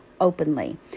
openly